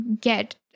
get